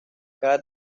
cada